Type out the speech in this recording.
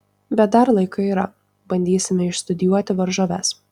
bet dar laiko yra bandysime išstudijuoti varžoves